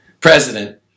president